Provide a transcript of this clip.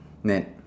net